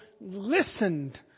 listened